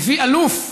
שמביא אלוף,